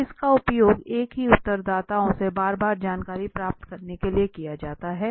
तो इसका उपयोग एक ही उत्तरदाताओं से बार बार जानकारी प्राप्त करने के लिए किया जाता है